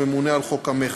הממונה על חוק המכר,